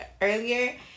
earlier